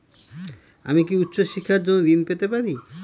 আমি কি উচ্চ শিক্ষার জন্য ঋণ পেতে পারি?